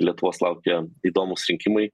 lietuvos laukia įdomūs rinkimai